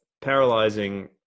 paralyzing